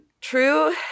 True